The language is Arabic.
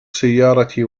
سيارتي